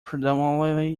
predominantly